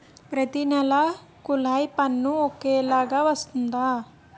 ప్రతి నెల కొల్లాయి పన్ను ఒకలాగే వస్తుందా?